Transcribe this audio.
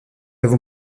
avons